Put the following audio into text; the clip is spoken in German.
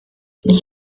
ich